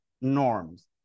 norms